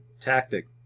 tactic